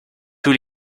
tous